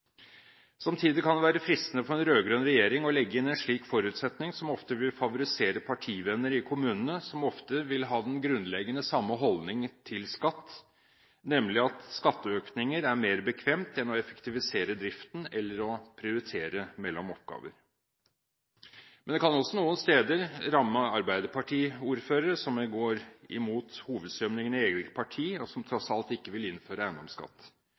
Samtidig kan det være fristende for en rød-grønn regjering å legge inn en slik forutsetning, som ofte vil favorisere partivenner i kommunene, som ofte vil ha den samme grunnleggende holdning til skatt, nemlig at skatteøkninger er mer bekvemt enn å effektivisere driften eller å prioritere mellom oppgaver. Men det kan også noen steder ramme Arbeiderparti-ordførere som går imot hovedstrømningene i eget parti, og som tross alt ikke vil innføre eiendomsskatt.